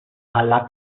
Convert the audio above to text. alla